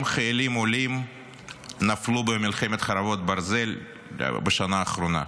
60 חיילים עולים נפלו במלחמת חרבות ברזל בשנה האחרונה.